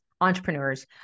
entrepreneurs